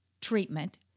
treatment